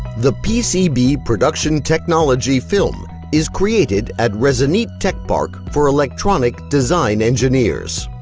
the pcb production technology film is created at rezonit tech park for electronic design enginners.